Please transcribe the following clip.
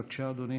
בבקשה, אדוני.